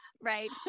right